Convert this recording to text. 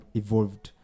evolved